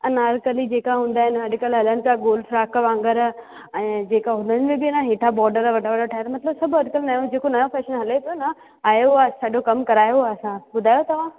अनारकली जेका हूंदा आहिनि अॼुकल्ह हलनि था गोल फ्राक वांग़ुर ऐं जेका उन्हनि में बि न हेठा बॉडर वॾा वॾा ठहियल मतिलबु सभु अॼुकल्ह जेको नयो फैशन हले थो न आयो आहे सॼो कम करायो आहे असां ॿुधायो तव्हां